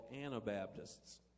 Anabaptists